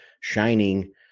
shining